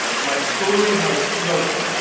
my story, my struggle,